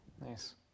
Nice